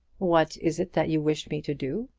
what is it that you wish me to do?